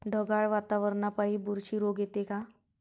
ढगाळ वातावरनापाई बुरशी रोग येते का?